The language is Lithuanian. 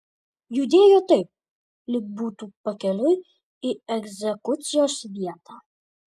judėjo taip lyg būtų pakeliui į egzekucijos vietą